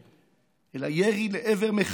לא ירי לעבר דיונות ריקות,